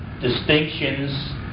distinctions